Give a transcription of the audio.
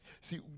See